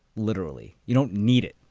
literally, you don't need it.